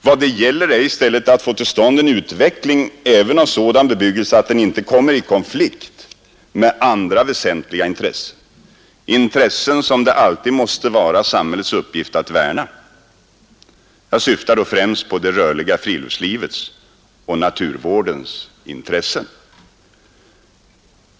Vad det gäller är i stället att få till stånd en utveckling även av sådan bebyggelse att den inte kommer i konflikt med andra väsentliga intressen, intressen som det alltid måste vara samhällets uppgift att värna. Jag syftar då främst på det rörliga friluftslivets och naturvårdens intressen.